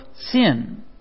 sin